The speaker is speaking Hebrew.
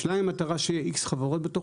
השאלה האם המטרה שיהיה איקס חברות בתוך